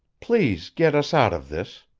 please get us out of this.